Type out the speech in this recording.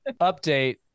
Update